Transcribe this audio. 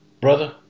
Brother